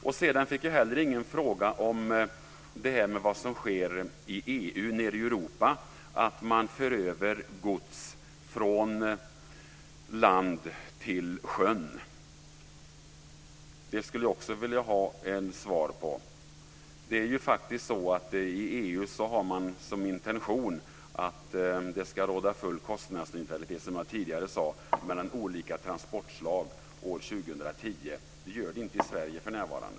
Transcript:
Jag fick inget svar när det gäller vad som sker i EU. Man för över gods från land till sjön. Den frågan skulle jag också vilja ha ett svar på. I EU har man faktiskt som intention att det ska råda full kostnadsneutralitet, som jag tidigare sade, mellan olika transportslag år 2010. Det gör det inte i Sverige för närvarande.